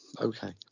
Okay